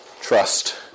trust